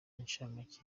incamake